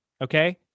okay